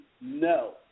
no